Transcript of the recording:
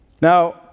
Now